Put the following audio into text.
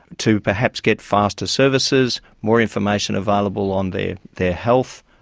to perhaps get faster services, more information available on their their health,